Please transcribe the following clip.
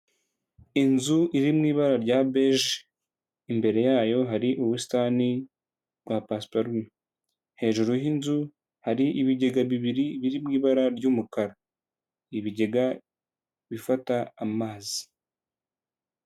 Inzu iri mu ibara rya beje imbere yayo hari ubusitani bwa pasipurume, hejuru y'inzu hari ibigega bibiri biri mu ibara ry'umukara ibigega bifata amazi.